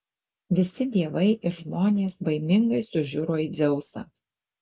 visi dievai ir žmonės baimingai sužiuro į dzeusą